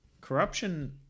Corruption